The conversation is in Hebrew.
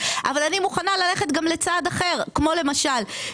אני מוכנה ללכת לכיוון צעד אחר כמו למשל,